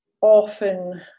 often